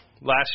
last